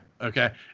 Okay